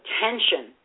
tension